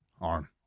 arm